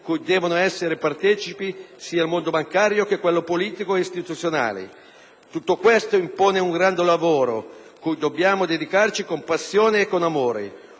cui devono essere partecipi sia il mondo bancario sia quello politico e istituzionale: tutto questo impone un grande lavoro cui dobbiamo dedicarci con passione e con amore;